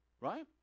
Right